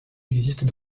existent